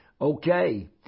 Okay